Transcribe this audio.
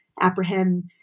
apprehend